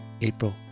April